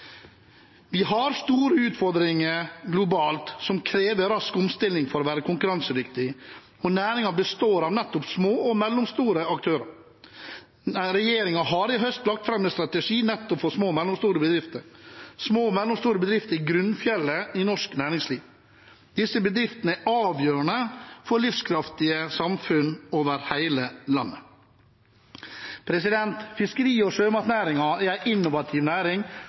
Vi har store utfordringer globalt som krever rask omstilling for at man skal være konkurransedyktig. Næringen består av små og mellomstore aktører, og regjeringen har i høst lagt fram en strategi nettopp for små og mellomstore bedrifter. Små og mellomstore bedrifter er grunnfjellet i norsk næringsliv. Disse bedriftene er avgjørende for livskraftige samfunn over hele landet. Fiskeri- og sjømatnæringen er en innovativ næring